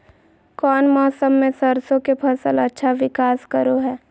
कौन मौसम मैं सरसों के फसल अच्छा विकास करो हय?